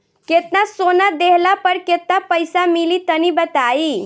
केतना सोना देहला पर केतना पईसा मिली तनि बताई?